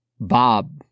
Bob